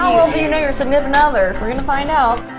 um well do you know your significant other? we're going to find out.